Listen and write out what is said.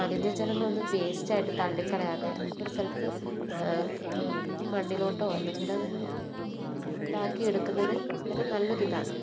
മലിനജലങ്ങളൊന്നും വേസ്റ്റായിട്ട് തള്ളിക്കളയാതെ അതൊക്കെയൊരു സ്ഥലത്ത് അത് അത് മണ്ണിലേക്കോ അല്ലെങ്കില് അതിങ്ങനെ ഇതാക്കിയെടുക്കുന്നത് വളരെ നല്ലൊരിതാണ്